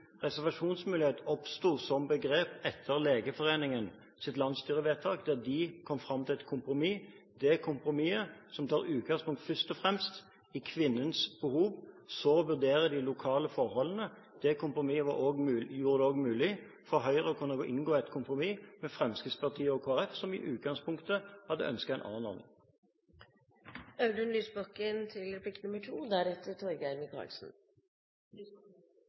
oppsto som begrep etter Legeforeningens landsstyrevedtak, der de kom fram til et kompromiss. Det kompromisset tar utgangspunkt først og fremst i kvinnens behov, og deretter vurderer en de lokale forholdene. Det kompromisset gjorde det også mulig for Høyre å kunne inngå et kompromiss med Fremskrittspartiet og Kristelig Folkeparti, som i utgangspunktet hadde ønsket en annen